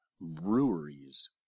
Breweries